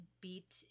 beat